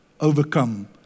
overcome